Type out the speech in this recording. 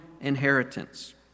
inheritance